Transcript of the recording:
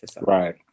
Right